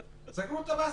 סגרו את הבאסטה.